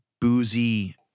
boozy